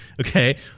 okay